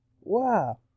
Wow